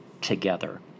together